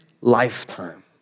lifetime